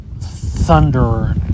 thunder